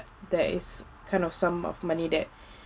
there is kind of sum of money that